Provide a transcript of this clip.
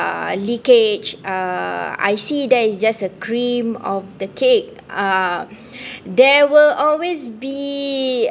uh leakage uh I see there is just a cream of the cake uh there will always be